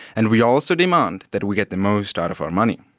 and we also demand that we get the most out of our money.